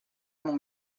mon